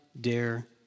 dare